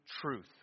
truth